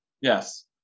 yes